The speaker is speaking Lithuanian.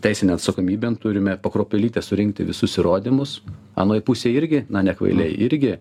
teisinėn atsakomybėn turime po kruopelytę surinkti visus įrodymus anoj pusėj irgi na ne kvailiai irgi